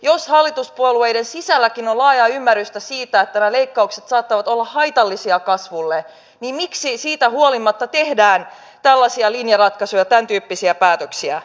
jos hallituspuolueiden sisälläkin on laajaa ymmärrystä siitä että nämä leikkaukset saattavat olla haitallisia kasvulle niin miksi siitä huolimatta tehdään tällaisia linjaratkaisuja tämäntyyppisiä päätöksiä